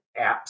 apps